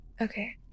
Okay